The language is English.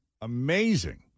amazing